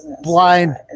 blind